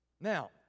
Now